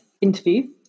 interview